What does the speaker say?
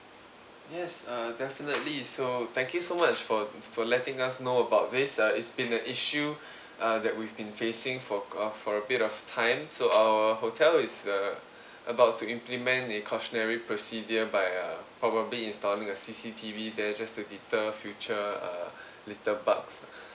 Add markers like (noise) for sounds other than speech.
yes err definitely so thank you so much for for letting us know about this uh it's been a issue (breath) uh that we've been facing for of for a bit of time so our hotel is err about to implement a cautionary procedure by uh probably installing a C_C_T_V there just to deter future uh litterbugs